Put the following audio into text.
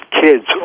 kids